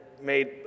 made